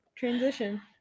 transition